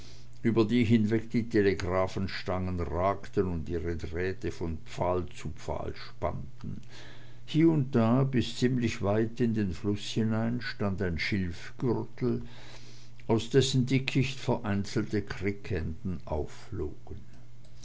über die hinweg die telegraphenstangen ragten und ihre drähte von pfahl zu pfahl spannten hie und da bis ziemlich weit in den fluß hinein stand ein schilfgürtel aus dessen dickicht vereinzelte krickenten aufflogen